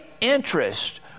interest